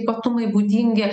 ypatumai būdingi